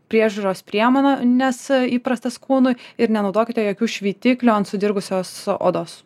priežiūros priemonę nes įprastas kūnui ir nenaudokite jokių šveitiklio ant sudirgusios odos